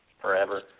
forever